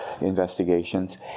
investigations